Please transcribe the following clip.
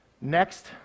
Next